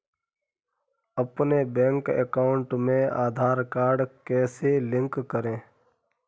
अपने bank account में Aadhaar card कैसे लिंक करें?